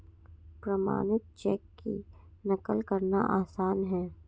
प्रमाणित चेक की नक़ल करना आसान है